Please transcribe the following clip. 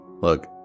Look